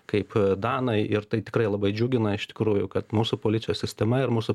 kaip danai ir tai tikrai labai džiugina iš tikrųjų kad mūsų policijos sistema ir mūsų